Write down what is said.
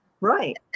Right